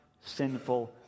sinful